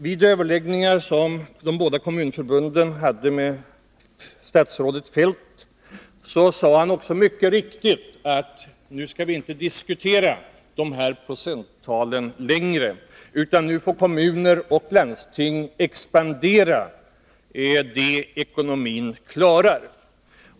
Vid överläggningar som de båda kommunförbuden hade med statsrådet Feldt sade han mycket riktigt att vi nu inte längre skall diskutera dessa procenttal utan kommuner och landsting får expandera så mycket som ekonomin klarar.